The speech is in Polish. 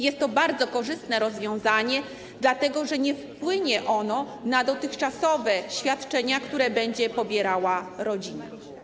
Jest to bardzo korzystne rozwiązanie, dlatego że nie wpłynie ono na dotychczasowe świadczenia, które będzie pobierała rodzina.